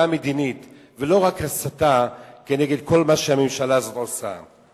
מדינית ולא רק הסתה כנגד כל מה שהממשלה הזאת עושה.